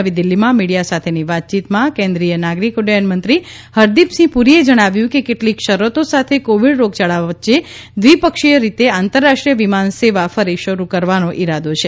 નવી દિલ્ફીમાં મીડિયા સાથેની વાતચીતમા કેન્દ્રીય નાગરિક ઉદ્દયનમંત્રી હરદીપસિંહ પુરીએ જણાવ્યું કે કેટલીક શરતો સાથે કોવિડ રોગયાળા વચ્ચે દ્વિપક્ષીય રીતે આંતરરાષ્ટ્રીય વિમાન સેવાઓ ફરી શરૂ કરવાનો ઇરાદો છે